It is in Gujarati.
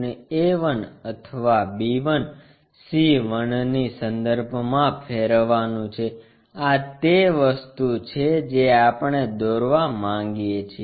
a 1 અથવા આ b 1 c 1 ની સંદર્ભમાં ફેરવવાનું છે આ તે વસ્તુ છે જે આપણે દોરવા માંગીએ છીએ